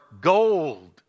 gold